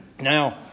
Now